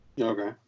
Okay